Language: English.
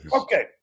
Okay